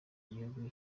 igihugu